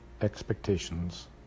expectations